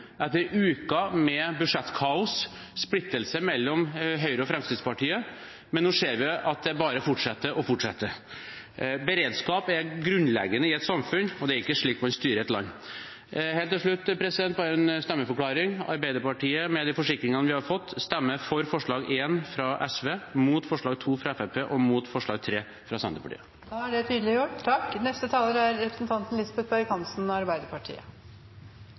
etter uker med budsjettkaos og splittelse mellom Høyre og Fremskrittspartiet. Men nå ser vi at det bare fortsetter og fortsetter. Beredskap er grunnleggende i et samfunn, og det er ikke slik man styrer et land. Helt til slutt bare en stemmeforklaring. Arbeiderpartiet – med de forsikringene vi har fått – stemmer for forslag nr. 1, fra SV, mot forslag nr. 2, fra Fremskrittspartiet, og mot forslag nr. 3, fra Senterpartiet. Da er det